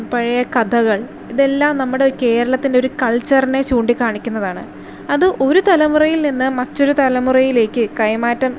പഴയ കഥകൾ ഇതെല്ലാം നമ്മുടെ കേരളത്തിൻ്റെ ഒരു കൾച്ചറിനെ ചൂണ്ടി കാണിക്കുന്നതാണ് അത് ഒരു തലമുറയിൽ നിന്ന് മറ്റൊരു തലമുറയിലേക്ക് കൈമാറ്റം